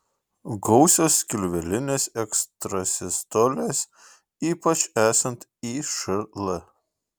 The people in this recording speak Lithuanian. gausios skilvelinės ekstrasistolės ypač esant išl